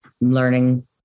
learning